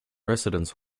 residence